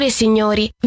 Signori